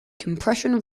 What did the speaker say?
compression